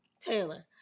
Taylor